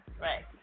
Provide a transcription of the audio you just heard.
right